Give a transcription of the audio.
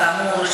כאמור,